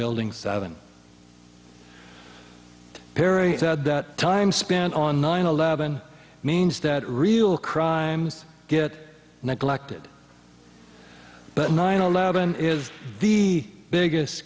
building seven perry said that time spent on nine eleven means that real crimes get neglected but nine eleven is the biggest